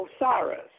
Osiris